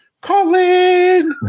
Colin